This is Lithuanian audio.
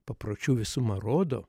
papročių visuma rodo